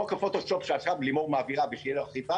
חוק כפוטושופ שעכשיו לימור מעבירה ושיהיה לו אכיפה